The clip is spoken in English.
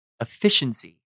efficiency